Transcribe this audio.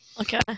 Okay